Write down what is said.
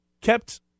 kept